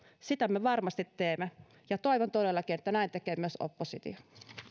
sitä me varmasti teemme ja toivon todellakin että näin tekee myös oppositio